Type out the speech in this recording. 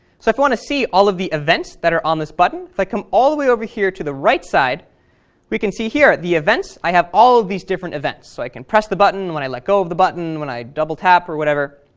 so if i want to see all of the events that are on this button if i come all the way over here to the right side we can see here at the events i have all of these different events. i can press the button, when i let go of the button, when i double tap or whatever,